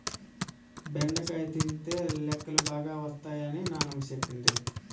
బెండకాయ తినితే లెక్కలు బాగా వత్తై అని నానమ్మ సెప్పింది